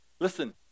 Listen